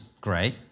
great